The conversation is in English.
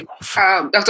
Dr